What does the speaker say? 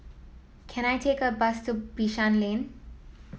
can I take a bus to Bishan Lane